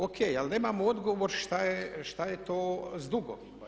Ok, ali nemamo odgovor što je to s dugovima?